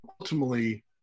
ultimately